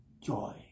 joy